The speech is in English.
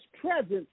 presence